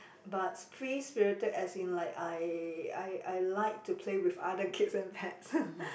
but free spirited as in like I I I like to play with other kids and pets